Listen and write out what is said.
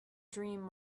dream